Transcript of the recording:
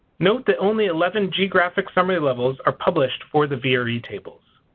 note the only eleven geographic summary levels are published for the vre tables.